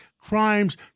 crimes